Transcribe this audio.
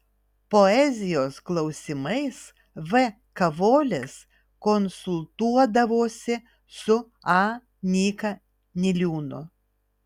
poezijos klausimais v kavolis konsultuodavosi su a nyka niliūnu